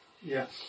Yes